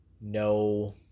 no